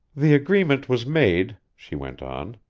the agreement was made, she went on.